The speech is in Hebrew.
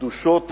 גדושות